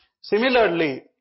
Similarly